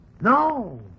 No